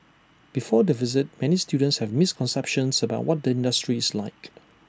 before the visit many students have misconceptions about what the industry is like